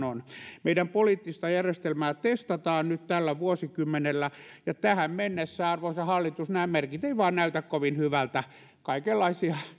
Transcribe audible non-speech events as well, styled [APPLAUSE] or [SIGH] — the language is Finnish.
[UNINTELLIGIBLE] on meidän poliittista järjestelmäämme testataan nyt tällä vuosikymmenellä ja tähän mennessä arvoisa hallitus merkit eivät vain näytä kovin hyvältä kaikenlaisia